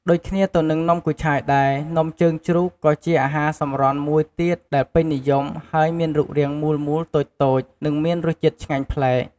ដូចគ្នាទៅនឹងនំគូឆាយដែរ នំជើងជ្រូកក៏ជាអាហារសម្រន់មួយទៀតដែលពេញនិយមហើយមានរូបរាងមូលៗ តូចៗ និងមានរសជាតិឆ្ងាញ់ប្លែក។